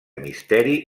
misteri